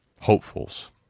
hopefuls